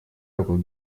руку